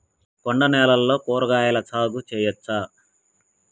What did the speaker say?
కొండ నేలల్లో కూరగాయల సాగు చేయచ్చా?